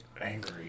Angry